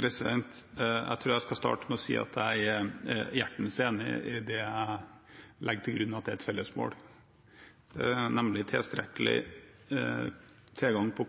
Jeg tror jeg skal starte med å si at jeg er hjertens enig i det som jeg legger til grunn er et felles mål, nemlig tilstrekkelig tilgang på